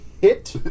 hit